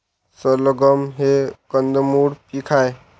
सलगम हे कंदमुळ पीक आहे